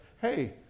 hey